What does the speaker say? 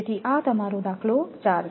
તેથી આ તમારો દાખલો ચાર છે